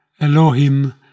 Elohim